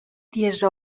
diesch